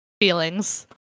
feelings